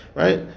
right